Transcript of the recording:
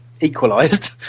equalised